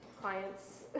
clients